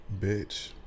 bitch